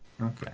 Okay